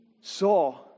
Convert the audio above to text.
saw